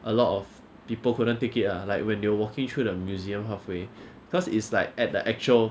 a lot of people couldn't take it ah like when you're walking through the museum halfway because is like at the actual